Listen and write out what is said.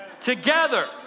together